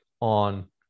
on